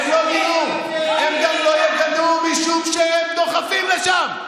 הם לא גינו, הם גם לא יגנו, משום שהם דוחפים לשם.